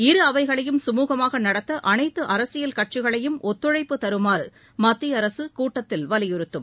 இரு அவைகளையும் சுமூகமாக நடத்த அனைத்து அரசியல் கட்சிகளையும் ஒத்துழைப்பு தருமாறு மத்திய அரசு கூட்டத்தில் வலியுறுத்தும்